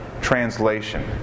Translation